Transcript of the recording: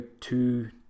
two